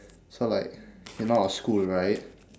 so like you know our school right